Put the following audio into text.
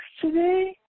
today